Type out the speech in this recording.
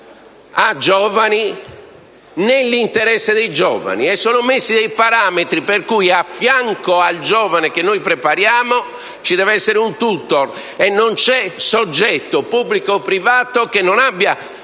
ai giovani nell'interesse dei giovani, e sono stabiliti dei parametri per cui a fianco al giovane che viene preparato deve essere presente un *tutor*; non c'è soggetto pubblico o privato che non abbia